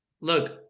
look